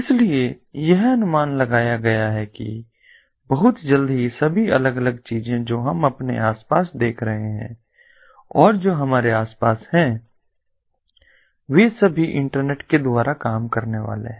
इसलिए यह अनुमान लगाया गया है कि बहुत जल्द सभी अलग अलग चीजें जो हम अपने आस पास देख रहे हैं और जो हमारे आसपास हैं वे सभी इंटरनेट के द्वारा काम करने वाले हैं